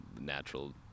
natural